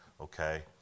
okay